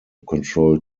control